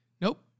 nope